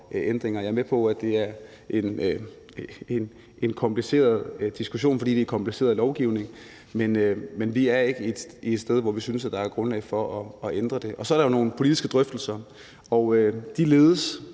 Jeg er med på, at det er en kompliceret diskussion, fordi det er en kompliceret lovgivning, men vi er ikke et sted, hvor vi synes, der er grundlag for at ændre det. Så er der jo nogle politiske drøftelser, og de ledes